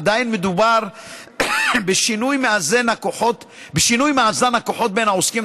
עדיין מדובר בשינוי מאזן הכוחות בין העוסקים